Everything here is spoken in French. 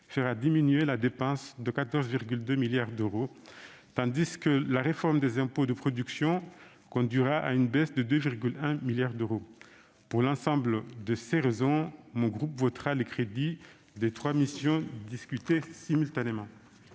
fera diminuer la dépense de 14,2 milliards d'euros, tandis que la réforme des impôts de production conduira à une baisse de 2,1 milliards d'euros. Pour l'ensemble de ces raisons, le groupe RDPI votera les crédits de ces trois missions discutées simultanément.